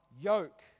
yoke